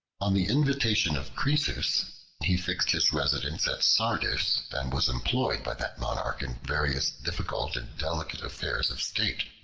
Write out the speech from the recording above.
on the invitation of croesus he fixed his residence at sardis, and was employed by that monarch in various difficult and delicate affairs of state.